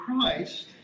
Christ